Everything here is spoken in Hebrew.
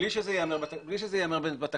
תודה.